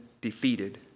defeated